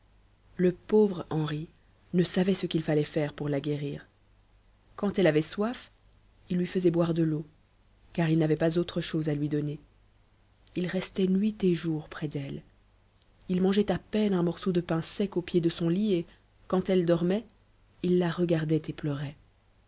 le pauvre henri ne savait ce qu'il fallait faire pour la guérir quand elle avait soif il lui faisait boire de l'eau car il n'avait pas autre chose à lui donner il restait nuit et jour près d'elle il mangeait à peine un morceau de pain sec au pied de son lit et quand elle dormait il la regardait et pleurait